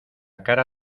cara